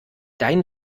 dein